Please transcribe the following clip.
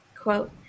Quote